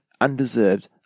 undeserved